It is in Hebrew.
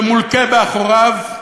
ומולקה באחוריו,